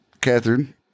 Catherine